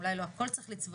אולי לא הכול צריך לצבוע,